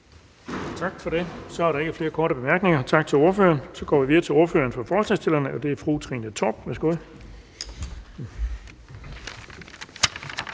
Tak for det. Så er der ikke flere korte bemærkninger. Tak til ordføreren. Så går vi videre til ordføreren for forslagsstillerne, og det er fru Trine Torp. Værsgo.